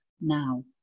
now